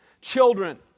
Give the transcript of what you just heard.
children